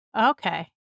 Okay